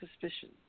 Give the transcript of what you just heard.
suspicion